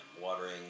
watering